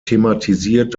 thematisiert